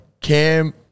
Cam